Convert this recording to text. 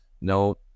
No